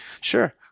Sure